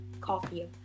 coffee